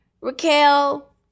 Raquel